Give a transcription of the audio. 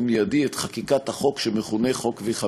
מיידי את חקיקת החוק שמכונה חוק 15V,